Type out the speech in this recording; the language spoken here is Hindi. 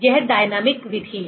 यह डायनामिक विधि है